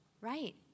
Right